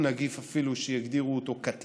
הוא נגיף, יש אפילו שיגדירו אותו קטלני,